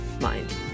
mind